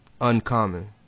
uncommon